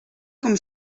com